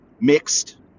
mixed